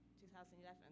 2011